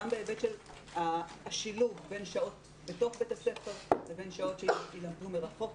גם בהיבט של השילוב בין שעות בתוך בית הספר לבין שעות שיילמדו מרחוק,